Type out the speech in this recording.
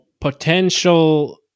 potential